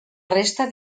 resta